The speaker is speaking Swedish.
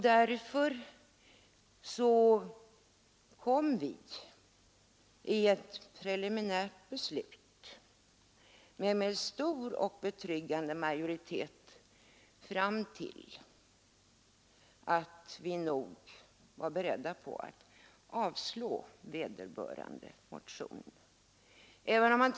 Därför kom vi vid ett preliminärt beslut med stor och betryggande majoritet fram till att vi var beredda att avstyrka motionen.